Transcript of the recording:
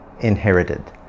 inherited